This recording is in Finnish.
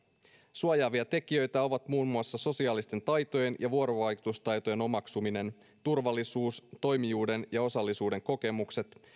suojaavia tekijöitä ovat muun muassa sosiaalisten taitojen ja vuorovaikutustaitojen omaksuminen turvallisuus toimijuuden ja osallisuuden kokemukset